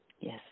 Yes